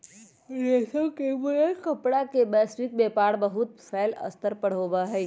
रेशम से बनल कपड़ा के वैश्विक व्यापार बहुत फैल्ल स्तर पर होबा हई